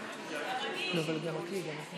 גם אני.